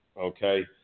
okay